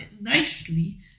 nicely